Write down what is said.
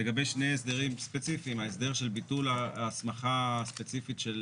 לגבי שני הסדרים ספציפיים: ההסדר של ביטול ההסמכה הספציפית של